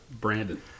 Brandon